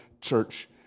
church